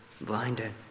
blinded